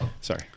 Sorry